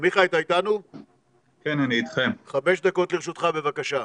עמיחי, חמש דקות לרשותך, בבקשה.